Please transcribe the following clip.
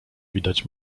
widać